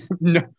no